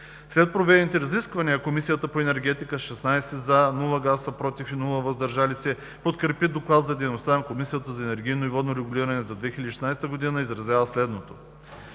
След проведените разисквания, Комисията по енергетика с 16 гласа „за“, 0 гласа „против“ и 0 гласа „въздържали се“ , подкрепи Доклад за дейността на Комисията за енергийно и водно регулиране за 2016 година и изразява следното